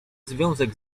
związek